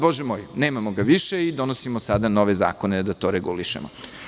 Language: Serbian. Bože moj, nemamo ga više i donosimo sada nove zakone da to regulišemo.